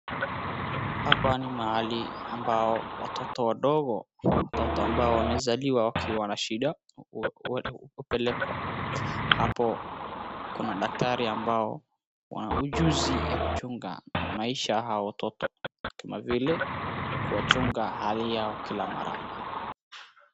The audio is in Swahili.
hapa ni mahali ambayo watoto wadogo watoto ambayo wamezaliwa wakiwa na shida hupelekwa hapo kuna daktari ambao wana ujuzi ya kuchunga maisha ya hao watoto vilevile kuchunga hali yao kila mara